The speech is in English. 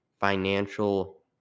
financial